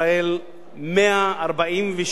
146,000